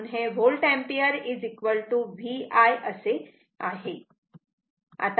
म्हणून हे volt ampere V I आहे